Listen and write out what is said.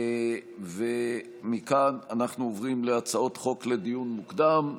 אנחנו עוברים להצעות חוק לדיון מוקדם,